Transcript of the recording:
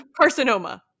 carcinoma